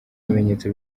bimenyetso